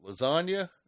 Lasagna